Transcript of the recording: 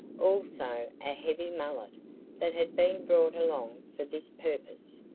also a heavy mallet that had been brought along for this purpose.